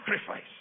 sacrifice